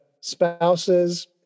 spouses